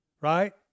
right